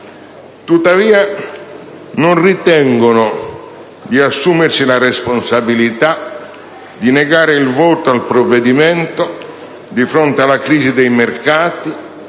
Tuttavia, non ritengono di assumersi la responsabilità di negare il voto al provvedimento di fronte alla crisi dei mercati